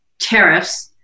tariffs –